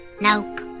Nope